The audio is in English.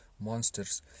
monsters